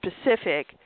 specific